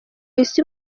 isi